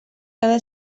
cada